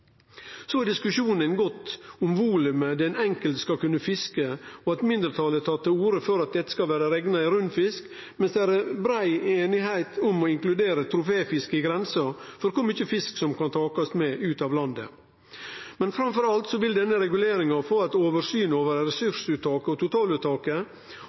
Så har diskusjonen gått om volumet den enkelte skal kunne fiske, og eit mindretal har tatt til orde for at dette skal vere rekna i rund fisk, mens det er brei einigheit om å «inkludere troféfiske i grensa for kor mykje fisk som kan takast ut av landet». Men framfor alt vil vi med denne reguleringa få eit oversyn over